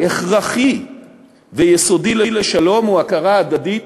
הכרחי ויסודי לשלום הוא הכרה הדדית.